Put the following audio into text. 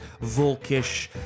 Volkish